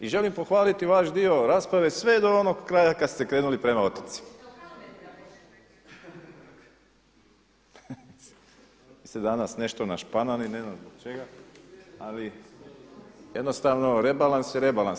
I želim pohvaliti vaš dio rasprave sve do onog kraja kad ste krenuli prema otocima. … [[Upadica se ne čuje.]] Vi ste danas nešto našpanani ne znam zbog čega ali jednostavno rebalans je rebalans.